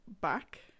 back